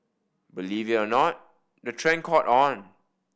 believe it or not the trend caught on